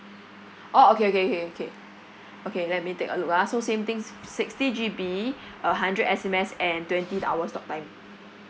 orh okay okay okay okay okay let me take a look ah so same things sixty G_B uh hundred S_M_S and twenty hours talktime